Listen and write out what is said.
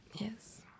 Yes